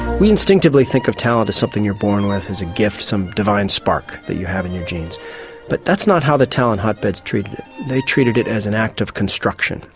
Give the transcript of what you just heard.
we instinctively think of talent as something you're born with, as a gift, some divine spark that you have in your genes but that's not how the talent hotbeds treat it, they treat it it as an act of construction.